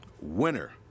Winner